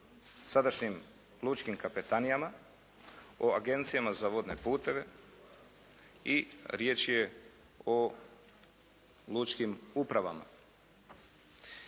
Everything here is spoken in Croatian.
sadašnjim lučkim kapetanijama, o Agencijama za vodne puteve i riječ je o lučkim upravama.